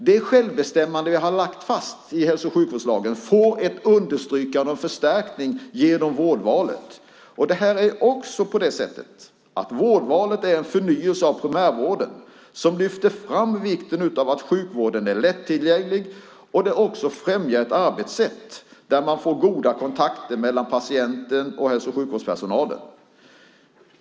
Det självbestämmande som vi har lagt fast i hälso och sjukvårdslagen får ett understrykande och en förstärkning genom vårdvalet. Vårdvalet är också en förnyelse av primärvården. Man lyfter fram vikten av att sjukvården är lättillgänglig och främjar ett arbetssätt som innebär goda kontakter mellan patienten och hälso och sjukvårdspersonalen.